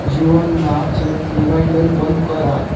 जीवन विमा चे रिमाइंडन बंद करा